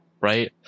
right